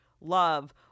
love